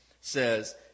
says